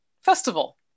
festival